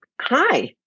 hi